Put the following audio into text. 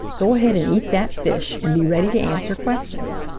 go ahead and eat that fish and be ready to answer questions.